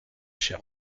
cher